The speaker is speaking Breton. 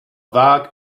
vag